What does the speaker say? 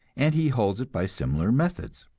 and he holds it by similar methods.